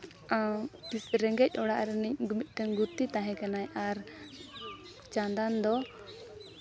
ᱨᱮᱸᱜᱮᱡ ᱚᱲᱟᱜ ᱨᱤᱱᱤᱡ ᱢᱤᱫᱴᱮᱱ ᱜᱩᱛᱤ ᱛᱟᱦᱮᱸ ᱠᱟᱱᱟᱭ ᱟᱨ ᱪᱟᱸᱫᱟᱱ ᱫᱚ